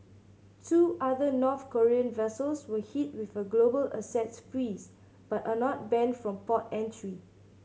two other North Korean vessels were hit with a global assets freeze but are not banned from port entry